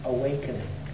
awakening